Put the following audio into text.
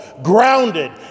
Grounded